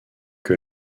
que